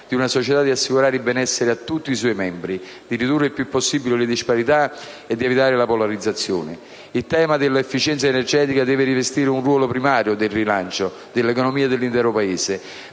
di una società di garantire il benessere di tutti i suoi membri, ridurre al massimo le disuguaglianze ed evitare la polarizzazione». Il tema dell'efficienza energetica deve rivestire un ruolo primario nel rilancio dell'economia e dell'intero Paese.